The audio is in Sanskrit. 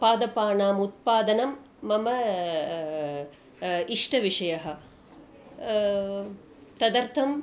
पादपानाम् उत्पादनं मम इष्टविषयः तदर्थम्